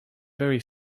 very